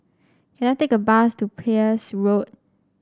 can I take a bus to Peirce Road